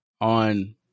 on